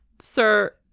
Sir